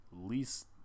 least